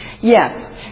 Yes